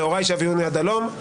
להוריי שהביאוני עד הלום.